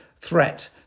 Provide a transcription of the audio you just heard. threat